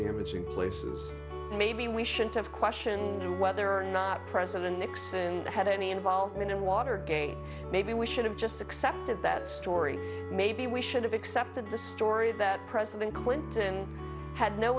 damaging place maybe we should have question whether or not president had any involvement in watergate maybe we should have just accepted that story maybe we should have accepted the story that president clinton had no